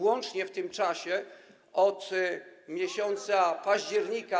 Łącznie w tym czasie, od miesiąca października.